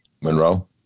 Monroe